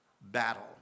battle